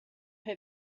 her